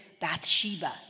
Bathsheba